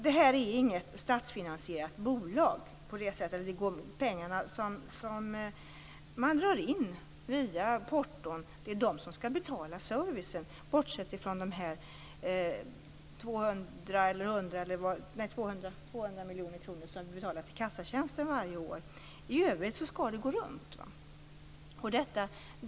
Detta är inget statsfinansierat bolag på det sättet att pengarna som man drar in via porton skall betala servicen, bortsett från de 200 miljoner kronor som vi betalar till kassatjänsten varje år. I övrigt skall det gå runt.